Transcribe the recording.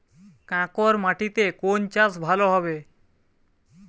কাঁকর মাটিতে কোন চাষ ভালো হবে?